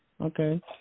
Okay